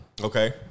Okay